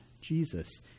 Jesus